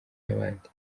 n’abandi